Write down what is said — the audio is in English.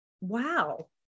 wow